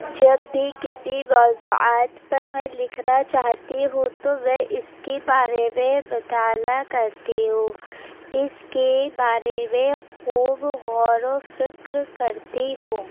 جب بھی کسی موضوعات پر میں لکھنا چاہتی ہوں تو میں اس کے بارے میں مطالعہ کرتی ہوں اس کے بارے میں خوب غور و فکر کرتی ہوں